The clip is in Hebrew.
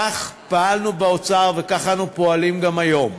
כך פעלנו באוצר וכך אנו פועלים גם היום,